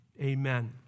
Amen